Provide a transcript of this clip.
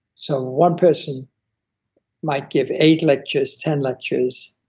so one person might give eight lectures, ten lectures,